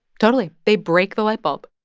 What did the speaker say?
totally. they break the light bulb.